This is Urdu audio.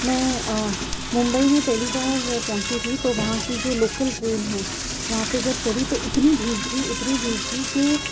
میں ممبئی میں پہلی بار پہنچی تھی تو وہاں کی جو لوکل ٹرین ہیں وہاں پہ جب چڑھی تو اتنی بھیڑ تھی اتنی بھیڑ تھی کہ